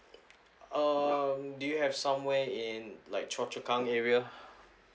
um do you have somewhere in like choa chu kang area